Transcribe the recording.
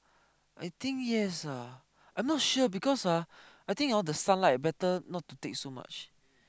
I think yes ah I'm not sure because ah I think hor the sunlight better not to take so much